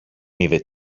είδε